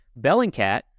Bellingcat